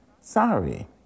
sorry